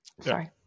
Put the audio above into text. sorry